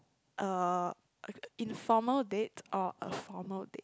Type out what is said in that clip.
uh informal date or a formal date